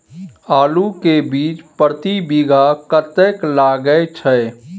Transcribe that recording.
आलू के बीज प्रति बीघा कतेक लागय छै?